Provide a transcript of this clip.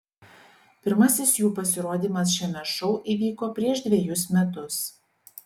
pirmasis jų pasirodymas šiame šou įvyko prieš dvejus metus